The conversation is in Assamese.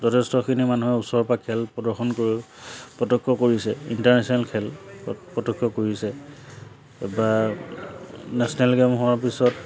যথেষ্টখিনি মানুহে ওচৰৰ পৰা খেল প্ৰদৰ্শন কৰি প্ৰত্যক্ষ কৰিছে ইণ্টাৰনেশ্যনেল খেল প্ৰত্যক্ষ কৰিছে বা নেশ্যনেল গেম হোৱাৰ পিছত